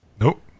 Nope